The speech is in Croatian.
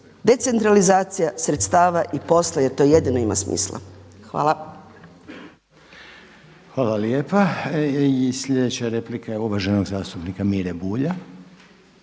decentralizacija sredstava i posla jer to jedino ima smisla. Hvala. **Reiner, Željko (HDZ)** Hvala lijepa. I sljedeća replika je uvaženog zastupnika Mire Bulja.